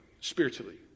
spiritually